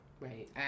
Right